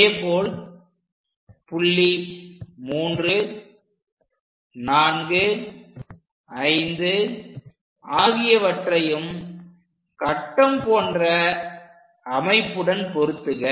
அதேபோல் புள்ளி 345 ஆகியவற்றையும் கட்டம் போன்ற அமைப்புடன் பொருத்துக